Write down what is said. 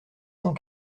cent